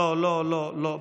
לא, לא, לא, לא.